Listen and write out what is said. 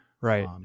Right